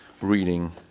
reading